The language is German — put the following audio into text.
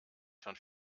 schon